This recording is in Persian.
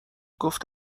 گفت